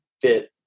fit